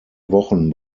wochen